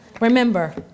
Remember